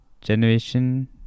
generation